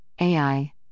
AI